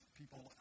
people